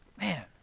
Man